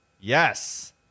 Yes